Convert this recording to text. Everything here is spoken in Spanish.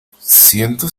ciento